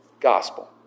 gospel